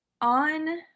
on